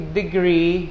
degree